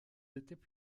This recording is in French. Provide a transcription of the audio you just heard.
étaient